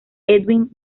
edwin